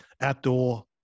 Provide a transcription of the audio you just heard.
outdoor